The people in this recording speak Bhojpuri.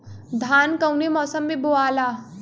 धान कौने मौसम मे बोआला?